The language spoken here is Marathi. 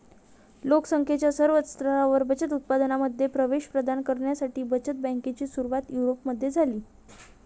लोक संख्येच्या सर्व स्तरांवर बचत उत्पादनांमध्ये प्रवेश प्रदान करण्यासाठी बचत बँकेची सुरुवात युरोपमध्ये झाली